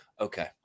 Okay